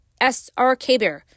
SRKBear